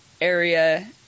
area